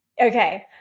Okay